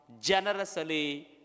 generously